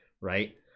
right